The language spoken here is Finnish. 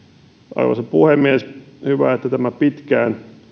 arvoisa puhemies hyvä että tämä pitkään